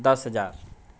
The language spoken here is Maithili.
दस हजार